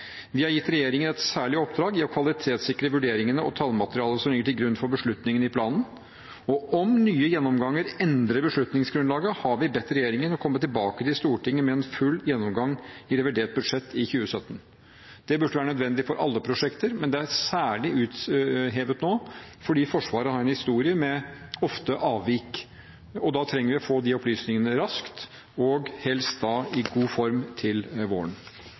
Vi har gitt regjeringen et særlig oppdrag i å kvalitetssikre vurderingene og tallmaterialet som ligger til grunn for beslutningen i planen, og om nye gjennomganger endrer beslutningsgrunnlaget, har vi bedt regjeringen om å komme tilbake til Stortinget med en full gjennomgang i revidert budsjett i 2017. Det burde vært nødvendig for alle prosjekter, men det er særlig uthevet nå fordi Forsvaret har en historie med ofte avvik. Da trenger vi å få de opplysningene raskt og helst i god tid før våren